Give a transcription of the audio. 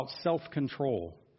self-control